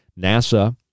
NASA